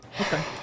Okay